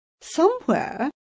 Somewhere